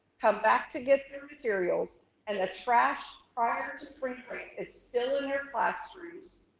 come back to get their materials and the trash prior to spring break is still in their classrooms,